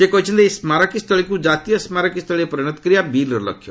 ସେ କହିଛନ୍ତି ଏହି ସ୍କାରକୀ ସ୍ଥଳୀକୁ ଜାତୀୟ ସ୍କାରକୀ ସ୍ଥଳୀରେ ପରିଣତ କରିବା ବିଲ୍ର ଲକ୍ଷ୍ୟ